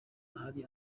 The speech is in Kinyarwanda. ahari